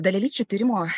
dalelyčių tyrimo